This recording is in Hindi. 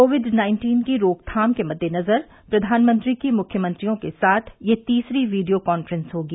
कोविड नाइन्टीन की रोकथाम के मद्देनजर प्रधानमंत्री की मुख्यमंत्रियों के साथ यह तीसरी वीडियो काफ्रेंस होगी